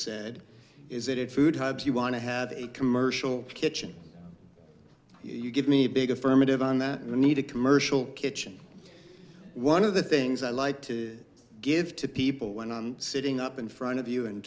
said is that if food hubs you want to have a commercial kitchen you give me a big affirmative on that i need a commercial kitchen one of the things i like to give to people one on sitting up in front of you and